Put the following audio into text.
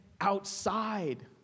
outside